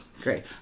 Great